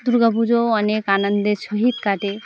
দুর্গা পুজোও অনেক আনন্দের সহিত কাটে